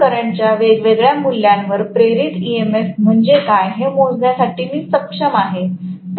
तर फिल्ड करंटच्या वेगवेगळ्या मूल्यांवर प्रेरित ईएमएफ म्हणजे काय हे मोजण्यासाठी मी सक्षम आहे